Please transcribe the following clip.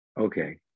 okay